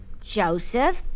Joseph